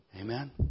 Amen